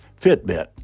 Fitbit